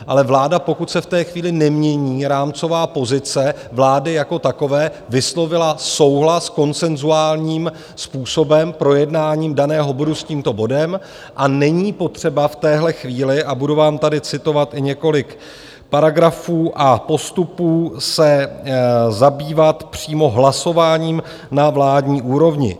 Ale vláda, pokud se v té chvíli nemění rámcová pozice vlády jako takové, vyslovila souhlas konsenzuálním způsobem, projednáním daného bodu, s tímto bodem a není potřeba v téhle chvíli, a budu vám tady citovat i několik paragrafů a postupů, se zabývat přímo hlasováním na vládní úrovni.